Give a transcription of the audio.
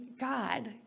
God